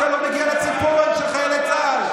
אתה לא מגיע לציפורן של חיילי צה"ל.